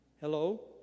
Hello